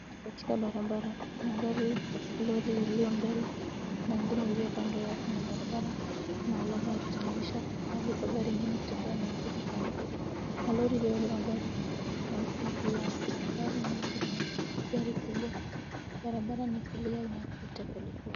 Katika barabara. Kuna gari lori iliyo mbele na ingine iliyo kando yake na barabara kuna alama ya kutenganisha pahali pa gari ingine kutembea na ingine kando. Na lori iliyobeba magari mapya juu yake. Magari mengine nayo ni gari kubwa. Barabara ni clear inapita polepole.